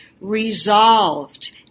resolved